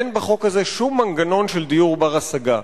היא שאין בחוק הזה שום מנגנון של דיור בר-השגה,